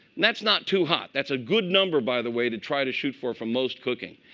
that's not too hot. that's a good number by the way to try to shoot for for most cooking.